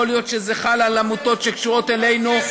וגם אם יכול להיות שזה חל על עמותות שקשורות אלינו,